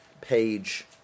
page